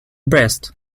breast